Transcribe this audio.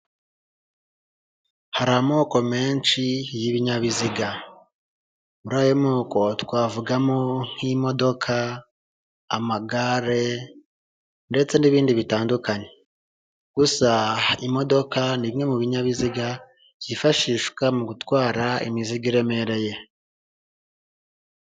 Hari amoko menshi y'ibinyabiziga, muri ayo moko twavugamo nk'imodoka amagare ndetse n'ibindi bitandukanye gusa imodoka nimwe mu binyabiziga byifashishwa mu gutwara imizigo iremereye.